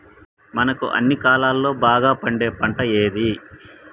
మనకు అన్ని కాలాల్లో బాగా పండే పంట ఏది?